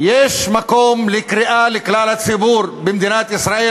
יש מקום לקריאה לכלל הציבור במדינת ישראל,